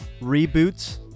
reboots